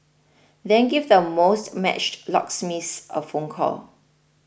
then give the most matched locksmiths a phone call